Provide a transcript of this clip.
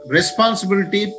Responsibility